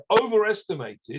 overestimated